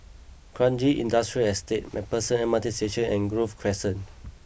Kranji Industrial Estate MacPherson M R T Station and Grove Crescent